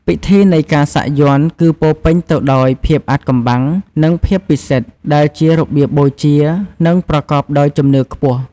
ពិធីនៃការសាក់យ័ន្តគឺពោរពេញទៅដោយភាពអាថ៌កំបាំង និងភាពពិសិដ្ឋ ដែលជារបៀបបូជា និងប្រកបដោយជំនឿខ្ពស់។